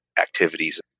activities